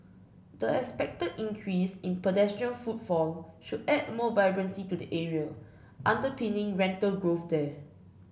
the expected increase in pedestrian footfall should add more vibrancy to the area underpinning rental growth there